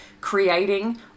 creating